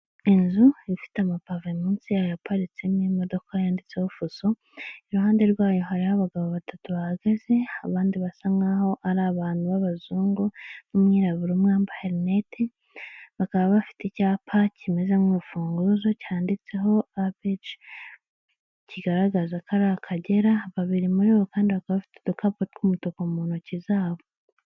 Inzu ifite amapave munsi yayo yaparitsemo imodoka yanditseho fuso, iruhande rwayo hariho abagabo batatu bahagaze, abandi basa nkaho ari abantu b'abazungu n'umwirabura umwe wambaye rinete, bakaba bafite icyapa kimeze nk'urufunguzo cyanditseho abiji kigaragaza ko ari akagera, babiri muri bo kandi bakaba bafite udukapu tw'umutuku mu ntoki zabo.